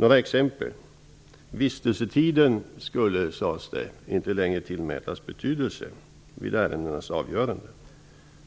Ett exempel på det är att vistelsetiden inte längre tillmätas betydelse vid ärendenas avgörande.